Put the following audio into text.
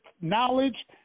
knowledge